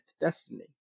Destiny